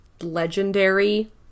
legendary